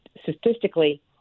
statistically